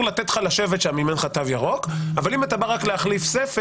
לתת לך לשבת בה אם אין לך תו ירוק אבל אם אתה בא רק להחליף ספר,